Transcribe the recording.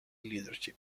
leadership